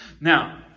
Now